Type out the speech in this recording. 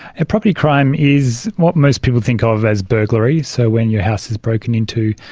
ah property crime is what most people think ah of as burglary, so when your house is broken into.